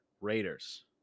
Raiders